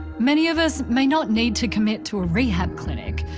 many of us may not need to commit to a rehab clinic.